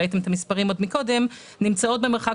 ראיתם את המספרים עוד קודם נמצאות במרחק